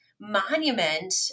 monument